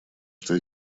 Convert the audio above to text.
что